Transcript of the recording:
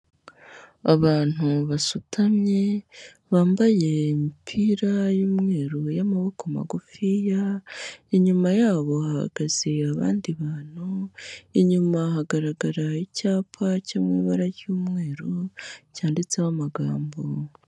Abantu basutamye bambaye imipira y'umweru y'amaboko magufiya, inyuma yabo hahagaze abandi bantu, inyuma hagaragara icyapa cyo mu ibara ry'umweru cyanditseho amagambo.